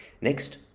Next